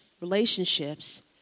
relationships